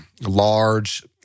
large